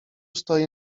stoi